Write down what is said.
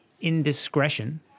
indiscretion